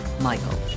Michael